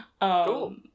Cool